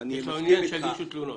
שימנעו הגשת תלונות.